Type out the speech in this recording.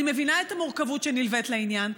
אני מבינה את המורכבות שנלווית לעניין,